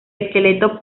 esqueleto